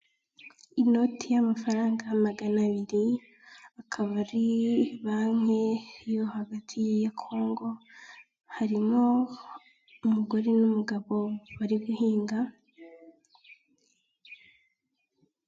Inote y'amafaranga magana abiri akaba ari banki yo hagati ya Kongo, harimo umugore n'umugabo bari guhinga.